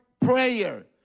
prayer